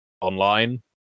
online